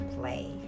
play